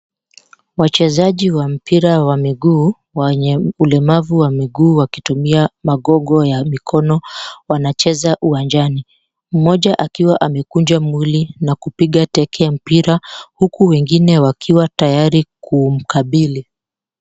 Wachezaji wa mpira wa miguu wenye ulemavu wa miguu wakitumia magogo ya mikono wanacheza uwanjani. Mmoja akiwa amekunja nguli na kupiga teke mpira huku wengine wakiwa tayari kumkabili.